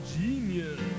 genius